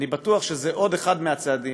אני בטוח, שזה עוד אחד מהצעדים.